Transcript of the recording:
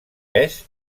pes